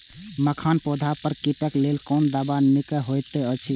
मखानक पौधा पर कीटक लेल कोन दवा निक होयत अछि?